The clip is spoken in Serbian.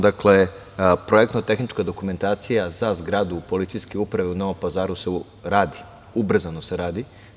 Dakle, projektno-tehnička dokumentacija za zgradu PU u Novom Pazaru se radi, ubrzano se radi.